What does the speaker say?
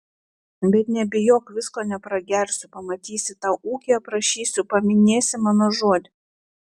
bet nebijok visko nepragersiu pamatysi tau ūkį aprašysiu paminėsi mano žodį